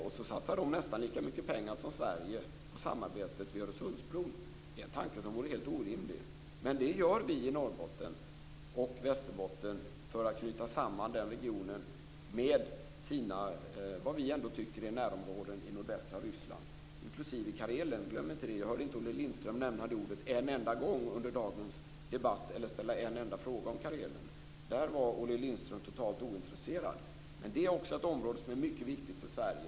Tänk om de därför skulle satsa nästan lika mycket pengar som Sverige på samarbetet vid Öresundsbron. Det är en tanke som vore helt orimlig. Men det gör vi i Norrbotten och Västerbotten, för att knyta samman den regionen med dess vad vi ändå tycker är närområden i nordvästra Ryssland, inklusive Karelen. Glöm inte det. Jag hörde inte Olle Lindström nämna det ordet en enda gång under dagens debatt eller ställa en enda fråga om Karelen. Där var Olle Lindström totalt ointresserad. Men det är också ett område som är mycket viktigt för Sverige.